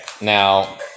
Now